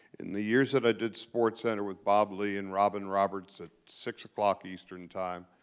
in the years that i did sportscenter with bob ley and robin roberts at six o'clock eastern time.